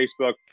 facebook